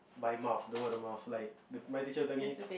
by mouth dual the mouth like my teacher tell me